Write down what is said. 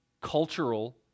cultural